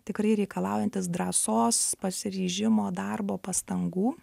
tikrai reikalaujantis drąsos pasiryžimo darbo pastangų